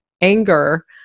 anger